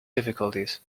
difficulties